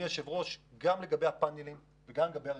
גם לגבי הפאנלים וגם לגבי הרכבים,